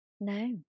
No